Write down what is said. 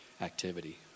activity